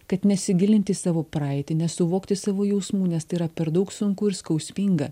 kad nesigilinti į savo praeitį nesuvokti savo jausmų nes tai yra per daug sunku ir skausminga